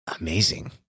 Amazing